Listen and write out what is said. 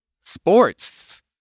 sports